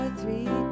three